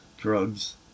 drugs